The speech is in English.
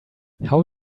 how